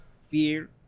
fear